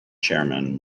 chairman